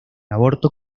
aborto